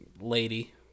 lady